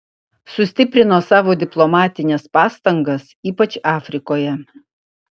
sustiprino savo diplomatines pastangas ypač afrikoje